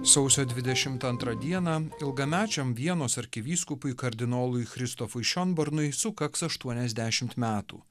sausio dvidešimt antrą dieną ilgamečiam vienos arkivyskupui kardinolui christofui šionbornui sukaks aštuoniasdešimt metų